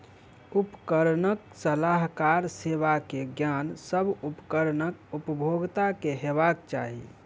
उपकरणक सलाहकार सेवा के ज्ञान, सभ उपकरण उपभोगता के हेबाक चाही